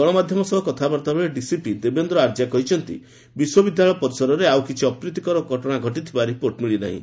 ଗଣମାଧ୍ୟମ ସହ କଥାବାର୍ଭା ବେଳେ ଡିସିପି ଦେବେନ୍ଦ୍ର ଆର୍ଯ୍ୟ କହିଛନ୍ତି ବିଶ୍ୱବିଦ୍ୟାଳୟ ପରିସରରେ ଆଉ କିଛି ଅପ୍ରୀତିକର ଘଟଣା ଘଟିଥିବା ରିପୋର୍ଟ ମିଳିନାହିଁ